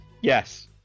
Yes